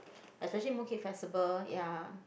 especially Mooncake Festival ya